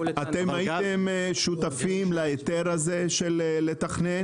אתם הייתם שותפים להיתר הזה של לתכנן?